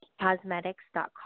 cosmetics.com